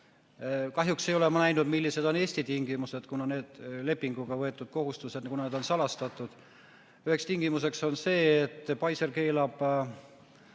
Kahjuks ei ole ma näinud, millised on Eesti tingimused, kuna need lepinguga võetud kohustused on salastatud. Üheks tingimuseks on see, et Pfizer keelab